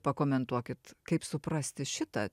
pakomentuokit kaip suprasti šitą